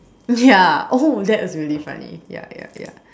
ya oh that was really funny ya ya ya